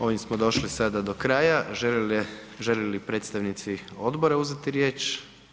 Ovim smo došli sada do kraja, žele li predstavnici odbora uzeti riječ?